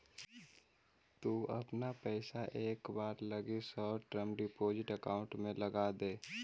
तु अपना पइसा एक बार लगी शॉर्ट टर्म डिपॉजिट अकाउंट में लगाऽ दे